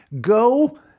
go